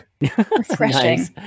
refreshing